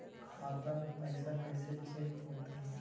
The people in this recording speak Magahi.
खाता में पैसा कैसे चेक हो तै?